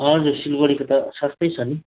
हजुर सिलगढीको त सस्तै छ नि